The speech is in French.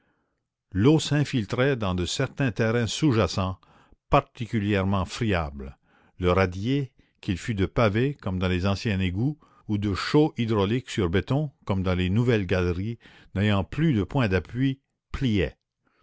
l'eau s'infiltrait dans de certains terrains sous jacents particulièrement friables le radier qu'il fût de pavé comme dans les anciens égouts ou de chaux hydraulique sur béton comme dans les nouvelles galeries n'ayant plus de point d'appui pliait